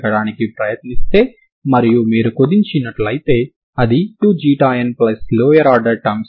ఇది ప్రతి x మరియు t విలువకి 0 అయితే w స్థిరాంకం అవుతుంది అంటే w00 అవుతుంది